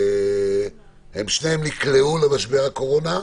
שניהם נקלעו למשבר הקורונה,